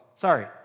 sorry